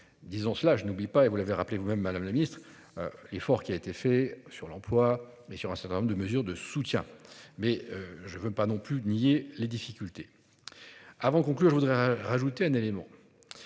Disons cela je n'oublie pas et vous l'avez rappelé vous-même Madame la Ministre. L'effort qui a été fait sur l'emploi mais sur un certain nombre de mesures de soutien mais je ne veux pas non plus nier les difficultés. Avant de conclure, je voudrais rajouter un élément.